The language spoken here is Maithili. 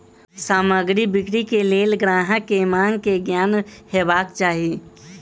सामग्री बिक्री के लेल ग्राहक के मांग के ज्ञान हेबाक चाही